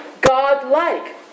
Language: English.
God-like